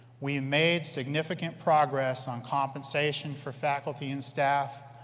we made significant progress on compensation for faculty and staff,